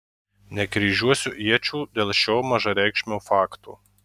nekryžiuosiu iečių dėl šio mažareikšmio fakto